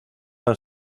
han